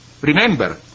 remember